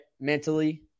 mentally